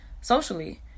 socially